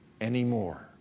anymore